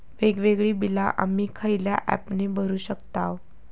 वेगवेगळी बिला आम्ही खयल्या ऍपने भरू शकताव?